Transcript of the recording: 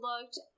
looked